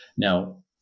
Now